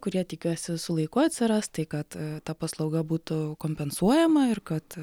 kurie tikiuosi su laiku atsiras tai kad ta paslauga būtų kompensuojama ir kad